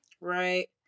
right